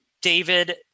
David